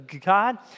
God